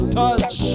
touch